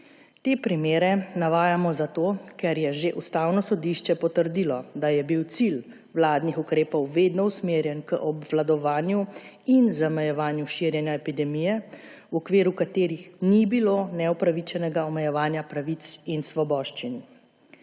Te primere navajamo zato, ker je že Ustavno sodišče potrdilo, da je bil cilj vladnih ukrepov vedno usmerjen k obvladovanju in zamejevanju širjenja epidemije, v okviru katerih ni bilo neupravičenega omejevanja pravic in svoboščin.